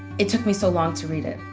it took me so long to read it.